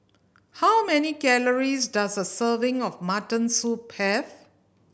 how many calories does a serving of mutton soup have